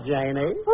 Janie